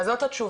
אז זאת התשובה.